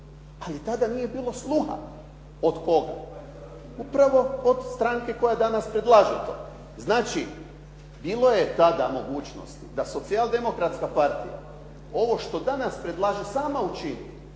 Ali tada nije bilo sluha. Od koga? Upravo od stranke koja danas predlaže to. Znači, bilo je tada mogućnosti da Socijaldemokratska partija ovo što danas predlaže, sama učini.